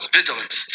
vigilance